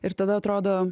ir tada atrodo